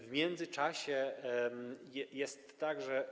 W międzyczasie jest tak, że.